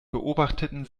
beobachteten